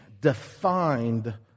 defined